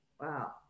Wow